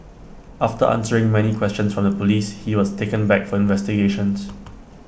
after answering many questions from the Police he was taken back for investigations